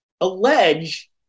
allege